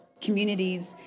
communities